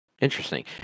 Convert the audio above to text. interesting